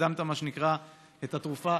והקדמת מה שנקרא את התרופה.